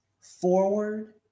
Forward